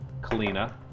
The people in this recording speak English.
Kalina